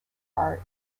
are